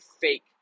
fake